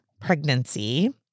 pregnancy